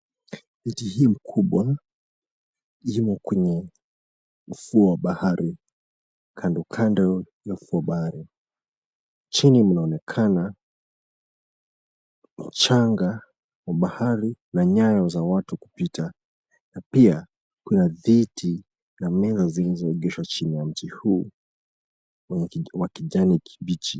Miti hii mikubwa imo kwenye ufuo wa bahari kando kando ya ufuo wa bahari. Chini m𝑛aonekana mchanga wa bahari na nyayo za watu kupita na pia kuna viti na meza zilizoegeshwa chini ya mti huu wa kijani kibichi.